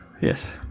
Yes